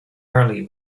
early